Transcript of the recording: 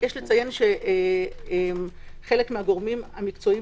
חלק מהגורמים המקצועיים